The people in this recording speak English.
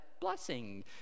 blessing